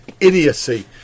idiocy